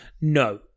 No